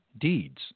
deeds